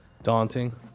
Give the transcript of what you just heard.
Daunting